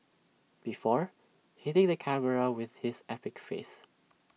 before hitting the camera with his epic face